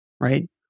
right